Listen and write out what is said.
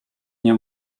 nie